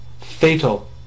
Fatal